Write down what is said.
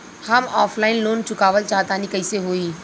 हम offline loan चुकावल चाहऽ तनि कइसे होई?